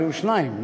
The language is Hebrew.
היו שניים.